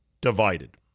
divided